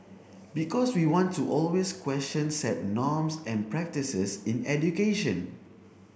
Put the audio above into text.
because we want to always question set norms and practices in education